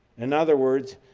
in other words,